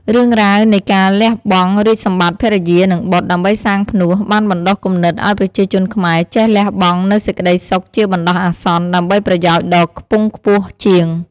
រឿងរ៉ាវនៃការលះបង់រាជសម្បត្តិ ភរិយា និងបុត្រ ដើម្បីសាងផ្នួស បានបណ្ដុះគំនិតឱ្យប្រជាជនខ្មែរចេះលះបង់នូវសេចក្ដីសុខជាបណ្ដោះអាសន្ន ដើម្បីប្រយោជន៍ដ៏ខ្ពង់ខ្ពស់ជាង។